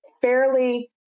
fairly